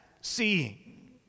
seeing